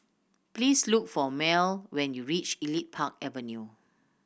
please look for Merle when you reach Elite Park Avenue